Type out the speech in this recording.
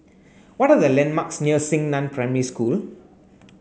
what the landmarks near Xingnan Primary School